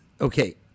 okay